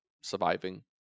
surviving